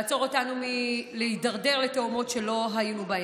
לעצור אותנו מלהידרדר לתהומות שלא היינו בהן.